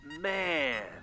man